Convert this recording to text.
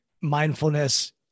mindfulness